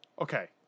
Okay